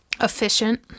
efficient